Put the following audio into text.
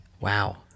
Wow